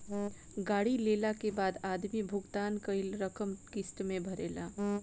गाड़ी लेला के बाद आदमी भुगतान कईल रकम किस्त में भरेला